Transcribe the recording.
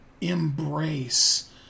embrace